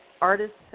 artists